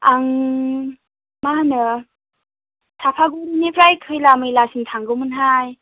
आं मा होनो साफागुरिनिफ्राय खैला मैलासिम थांगौमोनहाय